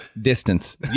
distance